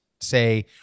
say